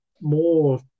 more